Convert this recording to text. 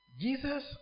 Jesus